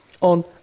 on